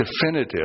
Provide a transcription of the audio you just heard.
definitive